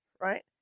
right